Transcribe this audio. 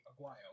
Aguayo